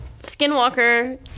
Skinwalker